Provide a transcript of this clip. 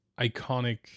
iconic